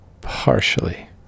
Partially